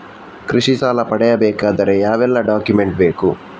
ಕೃಷಿ ಸಾಲ ಪಡೆಯಬೇಕಾದರೆ ಯಾವೆಲ್ಲ ಡಾಕ್ಯುಮೆಂಟ್ ಬೇಕು?